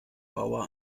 bauer